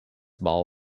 ball